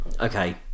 Okay